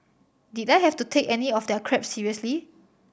did I have to take any of their crap seriously